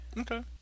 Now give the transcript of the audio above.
Okay